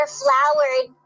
flowered